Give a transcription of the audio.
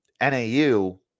NAU